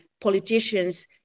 politicians